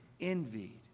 envied